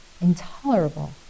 intolerable